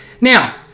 Now